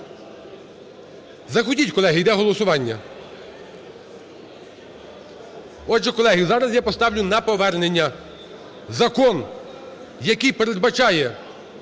Заходіть, колеги. Йде голосування. Отже, колеги, зараз я поставлю на повернення закон, який передбачає